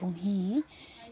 পুহি